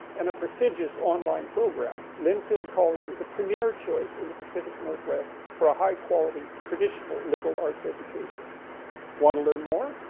and a prestigious online program linfield college is a premier choice in the pacific northwest for a high quality, traditional liberal arts education want to learn more?